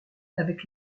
avec